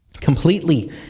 completely